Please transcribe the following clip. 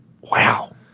Wow